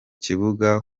kibuga